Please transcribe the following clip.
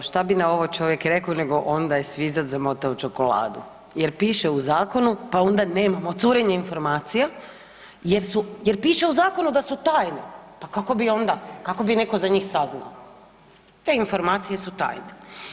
Evo šta bi na ovo čovjek rekao nego onda je svizac zamotao čokoladu jer piše u zakonu pa onda nemamo curenje informacija jer piše u zakonu da su tajne pa kako bi onda kako bi netko za njih saznao te informacije su tajne.